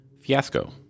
Fiasco